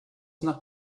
nach